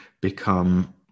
become